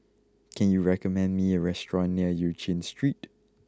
can you recommend me a restaurant near Eu Chin Street